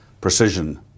precision